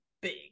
Big